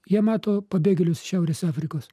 jie mato pabėgėlius šiaurės afrikos